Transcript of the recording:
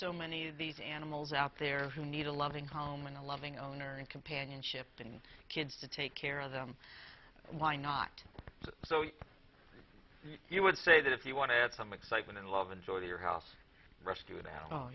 so many of these animals out there who need a loving home in a loving owner and companionship and kids to take care of them why not so you would say that if you want to add some excitement and love and joy to your house rescue an